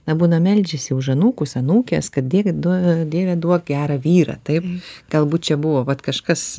na būna meldžiasi už anūkus anūkes kad dieve duok dieve duok gerą vyrą taip galbūt čia buvo vat kažkas